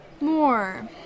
More